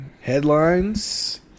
Headlines